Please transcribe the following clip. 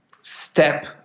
step